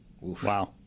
Wow